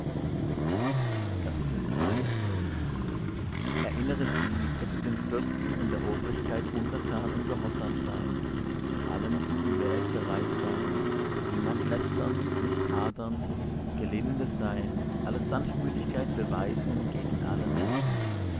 erinnere sie daß sie den fürsten und der obrigkeit untertan und gehorsam seien zu allem guten werk bereit seien niemand lästern nicht hadern gelinde seien alle sanftmütigkeit beweisen gegen alle menschen